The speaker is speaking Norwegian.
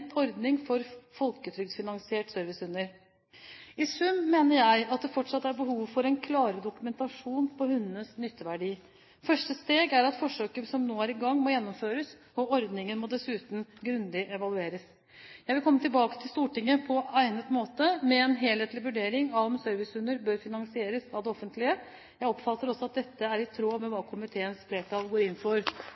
ordning for folketrygdfinansierte servicehunder. I sum mener jeg at det fortsatt er behov for en klarere dokumentasjon på hundenes nytteverdi. Første steg er at forsøket som nå er i gang, må gjennomføres, og ordningen må dessuten grundig evalueres. Jeg vil komme tilbake til Stortinget på egnet måte med en helhetlig vurdering av om servicehunder bør finansieres av det offentlige. Jeg oppfatter også at dette er i tråd med hva komiteens flertall går inn for.